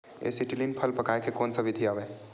Acetylene फल पकाय के कोन सा विधि आवे?